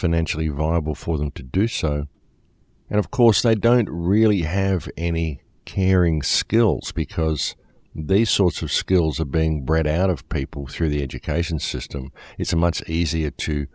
financially viable for them to do so and of course i don't really have any caring skills because they sort of skills are being bred out of people through the education system it's a much easier to